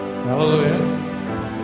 Hallelujah